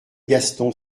gaston